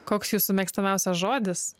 koks jūsų mėgstamiausias žodis